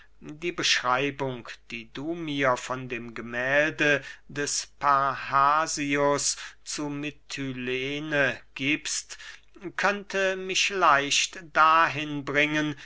die beschreibung die du mir von dem gemälde des parrhasius zu mitylene giebst könnte mich leicht dahin bringen